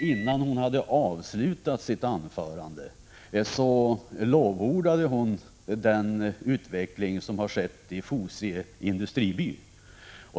Innan hon avslutade sitt anförande lovordade hon emellertid den utveckling som har skett i Fosie industriby.